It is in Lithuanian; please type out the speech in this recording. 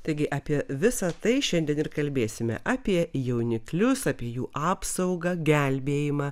taigi apie visa tai šiandien ir kalbėsime apie jauniklius apie jų apsaugą gelbėjimą